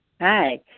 Hi